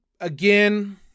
again